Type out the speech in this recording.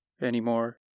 anymore